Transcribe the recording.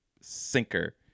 sinker